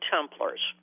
Templars